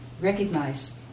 recognize